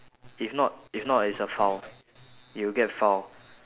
if not if not it's a foul you'll get foul